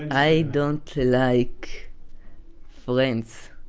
i don't like friends.